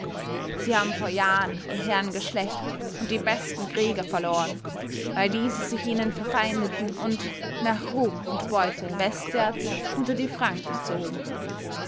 sie haben vor jahren ihr herrengeschlecht und die besten krieger verloren weil diese sich ihnen verfeindeten und nach ruhm und beute westwärts unter die franken zogen